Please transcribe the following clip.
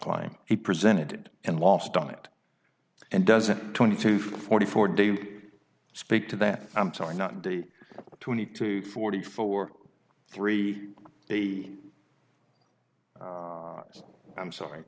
climb he presented and lost on it and doesn't twenty two forty four do you speak to that i'm sorry not to twenty two forty four three he has i'm sorry